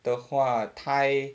的话 thai